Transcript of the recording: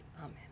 Amen